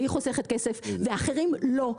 והיא חוסכת כסף ואחרים לא,